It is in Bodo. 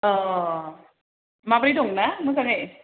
अ माबोरै दं मोजाङै ना